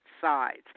sides